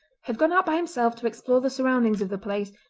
had gone out by himself to explore the surroundings of the place,